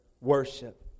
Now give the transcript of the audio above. worship